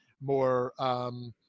more